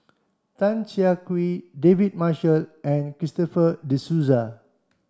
Tan Siah Kwee David Marshall and Christopher De Souza